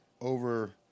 over